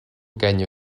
gagne